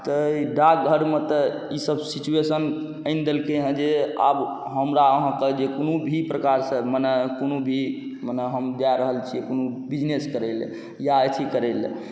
तऽ डाकघरमे तऽ ई सब सिचुएशन आनि देलकै हँ जे आब हमरा अहाँके जे कोनो भी प्रकारसँ मने कोनो भी मने हम जा रहल छी कोनो बिजनेस करैलए या अथी करैलए